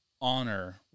honor